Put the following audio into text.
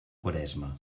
quaresma